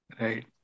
right